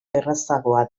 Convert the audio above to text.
errazagoa